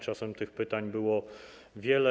Czasem tych pytań było wiele.